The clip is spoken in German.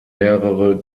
mehrere